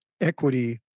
equity